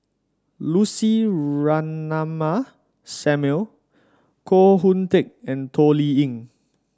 Lucy Ratnammah Samuel Koh Hoon Teck and Toh Liying